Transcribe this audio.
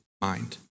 mind